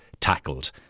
tackled